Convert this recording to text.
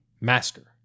Master